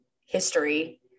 history